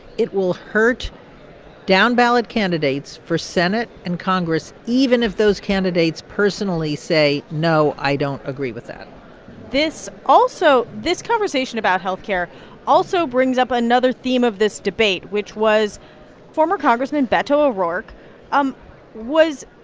it will hurt down-ballot candidates for senate and congress even if those candidates personally say, no, i don't agree with that this also this conversation about health care also brings up another theme of this debate, which was former congressman beto o'rourke um was,